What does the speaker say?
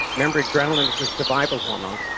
remember adrenaline is a survival hormone,